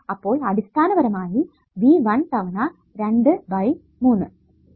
അപ്പോൾ അടിസ്ഥാനപരമായി V1 തവണ 2 ബൈ 3